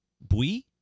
Bui